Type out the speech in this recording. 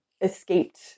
escaped